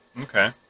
Okay